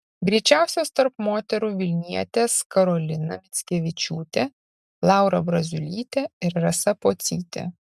greičiausios tarp moterų vilnietės karolina mickevičiūtė laura braziulytė ir rasa pocytė